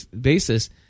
basis